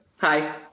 Hi